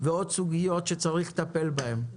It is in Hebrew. ועוד סוגיות שצריך לטפל בהן.